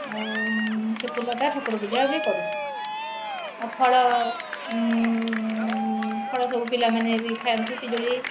ଆଉ ସେ ଫୁଲଟା ଠାକୁର ପୂଜା ବି କରୁ ଆଉ ଫଳ ଫଳ ସବୁ ପିଲାମାନେ ବି ଥାଆନ୍ତି ପିଜୁଳି